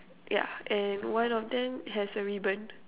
yeah and one of them has a ribbon